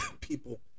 people